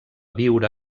viure